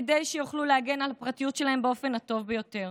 כדי שיוכלו להגן על הפרטיות שלהן באופן הטוב ביותר.